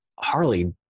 Harley